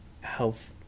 health